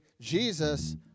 Jesus